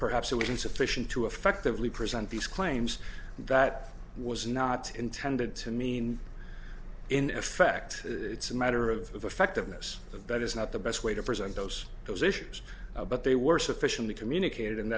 perhaps it was insufficient to effectively present these claims that was not intended to mean in effect it's a matter of effect of miss the bet is not the best way to present those those issues but they were sufficiently communicated and